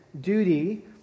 duty